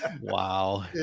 Wow